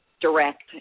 direct